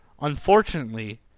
Unfortunately